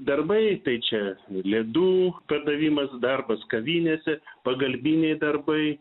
darbai tai čia ledų perdavimas darbas kavinėse pagalbiniai darbai